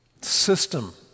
system